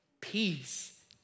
peace